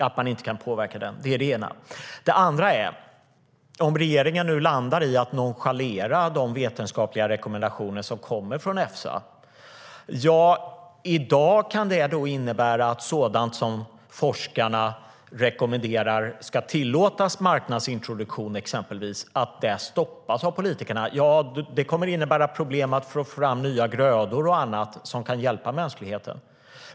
Det andra problemet uppstår om regeringen nu landar i att nonchalera de vetenskapliga rekommendationer som kommer från Efsa. I dag kan det nog innebära att sådant som forskarna rekommenderar ska bli tillåtet för marknadsintroduktion stoppas av politikerna. Det kommer att innebära problem att få fram nya grödor och annat som kan hjälpa mänskligheten.